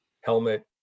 helmet